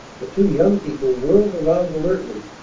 the two young people whirled around alertly,